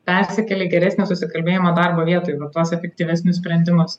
persikelia į geresnį susikalbėjimą darbo vietoj va tuos efektyvesnius sprendimus